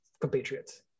compatriots